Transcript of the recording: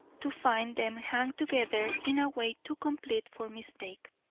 to find them hang together in a way too complete for mistake.